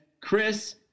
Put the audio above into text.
Chris